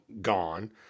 gone